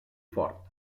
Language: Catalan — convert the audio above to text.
fort